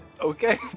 Okay